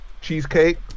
cheesecake